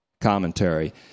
commentary